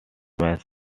smash